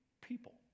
people